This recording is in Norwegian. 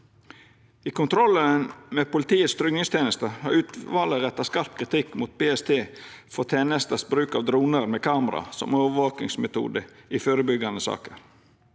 I kontrollen med Politiets tryggingsteneste har utvalet retta skarp kritikk mot PST for tenesta sin bruk av dronar med kamera som overvakingsmetode i førebyggjande saker.